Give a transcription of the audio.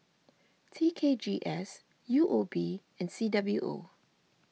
T K G S U O B and C W O